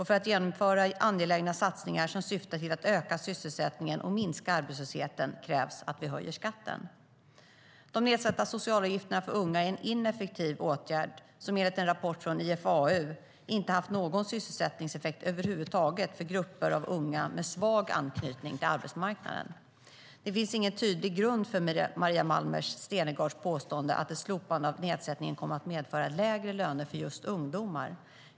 För att genomföra angelägna satsningar som syftar till att öka sysselsättningen och minska arbetslösheten krävs att vi höjer skatten.De nedsatta socialavgifterna för unga är en ineffektiv åtgärd, som enligt en rapport från IFAU, Institutet för arbetsmarknads och utbildningspolitisk utvärdering, inte har haft någon sysselsättningseffekt över huvud taget för grupper av unga med svag anknytning till arbetsmarknaden. Det finns ingen tydlig grund för Maria Malmer Stenergards påstående att ett slopande av nedsättningen kommer att medföra lägre löner för just ungdomar.